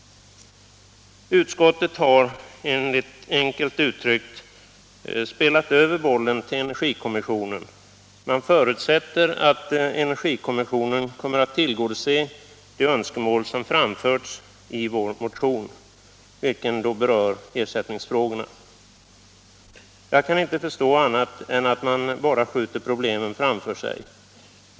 Utskottet har — enkelt uttryckt — spelat över bollen till energikommissionen. Man förutsätter att energikommissionen kommer att tillgodose de önskemål som framförts i vår motion, vilken berör ersättningsfrågorna. Jag kan inte förstå annat än att man bara skjuter problemen framför sig.